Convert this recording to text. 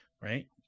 Right